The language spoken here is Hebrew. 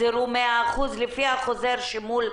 לאוכלוסייה החרדית יש מסגרות לנוער